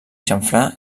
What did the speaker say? xamfrà